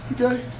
Okay